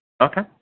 Okay